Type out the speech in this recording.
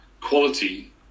quality